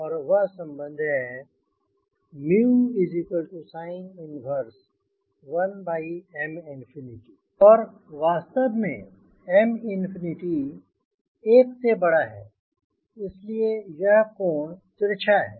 और वह संबंध है sin 11M∞ और वास्तव में Mꝏ 1 से बड़ा है इसीलिए यह कोण तिरछा है